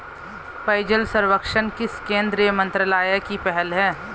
पेयजल सर्वेक्षण किस केंद्रीय मंत्रालय की पहल है?